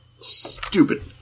stupid